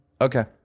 Okay